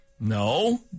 No